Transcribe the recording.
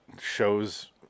shows